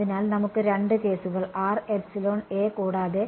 അതിനാൽ നമുക്ക് രണ്ട് കേസുകൾ കൂടാതെ